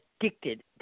addicted